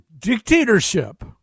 dictatorship